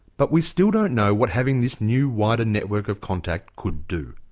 but we still don't know what having this new wider network of contacts could do.